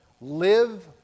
live